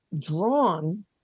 drawn